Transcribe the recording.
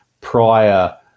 prior